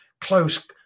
close